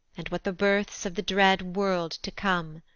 and what the births of the dread world to come.